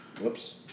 Whoops